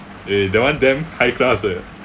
eh that one damn high class eh